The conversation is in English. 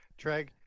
Treg